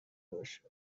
باشند